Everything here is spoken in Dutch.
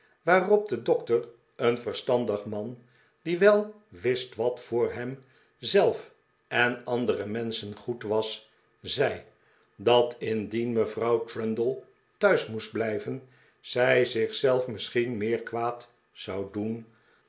waarop de dokter een verstandig man die wel wist wat voor hem zelf en andere menschen goed was zei dat indien mevrouw trundle thuis moest blijven zij zich zelf misschien meer kwaad zou doen